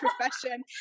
profession